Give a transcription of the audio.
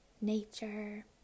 Nature